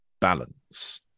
balance